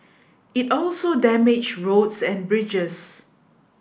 it also damaged roads and bridges